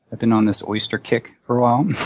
i've been on this oyster kick for a while.